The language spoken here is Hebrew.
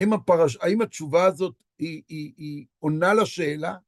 האם הפרשה... האם התשובה הזאת עונה לשאלה?